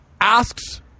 asks